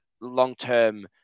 long-term